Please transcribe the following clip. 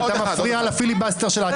בבקשה, אתה מפריע לפיליבסטר של עצמכם.